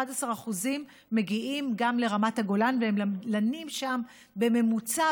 11% מגיעים גם לרמת הגולן והם לנים שם בממוצע,